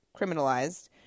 criminalized